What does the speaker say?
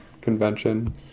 convention